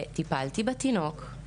טיפלתי בתינוק,